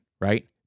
Right